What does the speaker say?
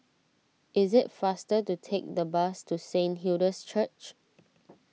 it is faster to take the bus to Saint Hilda's Church